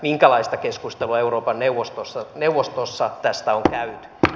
minkälaista keskustelua euroopan neuvostossa tästä on käyty